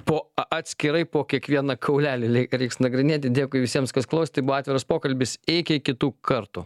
po a atskirai po kiekvieną kaulelį lei reiks nagrinėti dėkui visiems kas klausėt tai buvo atviras pokalbis iki kitų kartų